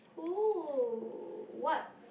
who what